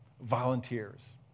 Volunteers